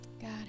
God